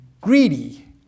greedy